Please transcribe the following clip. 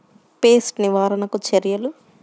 Pest నివారణకు చర్యలు?